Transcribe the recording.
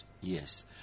Yes